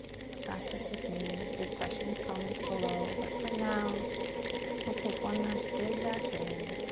and your practice with me. leave questions, comments below, but for now we'll take one last big breath in.